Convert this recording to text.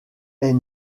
est